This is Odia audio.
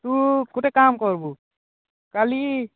ତୁ ଗୋଟେ କାମ୍ କର୍ବୁ